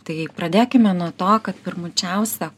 tai pradėkime nuo to kad pirmučiausia